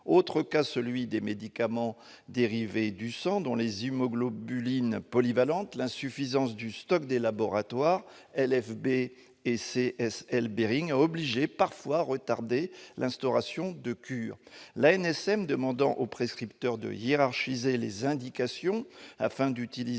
autre cas existe, celui des médicaments dérivés du sang, dont les immunoglobulines polyvalentes. L'insuffisance du stock des laboratoires LFB et CSL Behring a obligé parfois à retarder l'instauration de cures, l'ANSM demandant aux prescripteurs de hiérarchiser les indications, afin d'utiliser